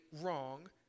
wrong